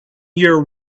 year